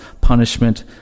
punishment